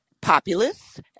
populists